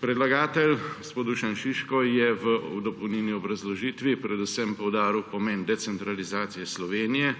Predlagatelj gospod Dušan Šiško je v dopolnilni obrazložitvi predvsem poudaril pomen decentralizacije Slovenije,